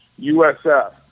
USF